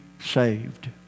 saved